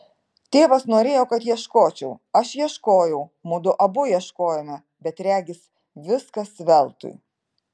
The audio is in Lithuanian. tėvas norėjo kad ieškočiau aš ieškojau mudu abu ieškojome bet regis viskas veltui